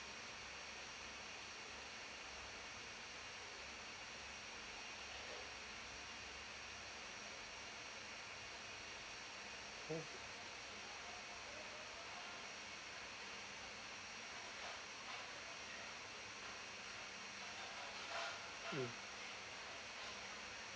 mm